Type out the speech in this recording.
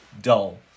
dull